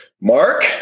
Mark